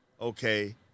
okay